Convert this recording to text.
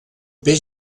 peix